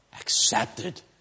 accepted